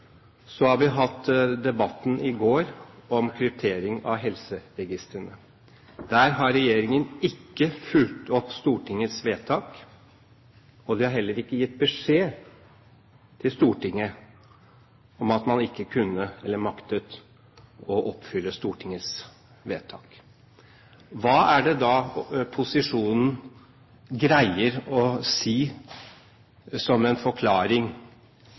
Så, denne uken, hadde vi debatten i går om kryptering av helseregistre. Der har regjeringen ikke fulgt opp Stortingets vedtak, og de har heller ikke gitt beskjed til Stortinget om at man ikke kunne eller maktet å oppfylle Stortingets vedtak. Hva er det da posisjonen greier å si som en forklaring